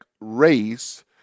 race